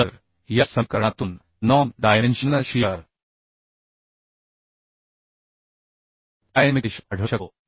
तर या समीकरणातून non dimensional shear dynamics ratio आढळू शकतो